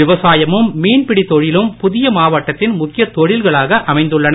விவசாயமும் மீன்பிடிதொழிலும்புதியமாவட்டத்தின்முக்கியதொழில்களாகஅமைந்துள் ளன